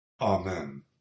Amen